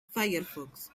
firefox